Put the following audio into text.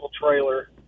trailer